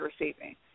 receiving